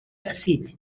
acid